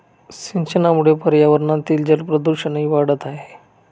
सिंचनामुळे पर्यावरणातील जलप्रदूषणही वाढत आहे